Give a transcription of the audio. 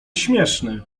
śmieszny